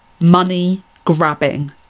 Money-grabbing